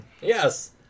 yes